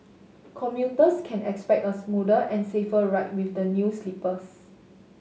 commuters can expect a smoother and safer ride with the new sleepers